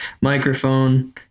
microphone